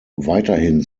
weiterhin